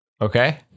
Okay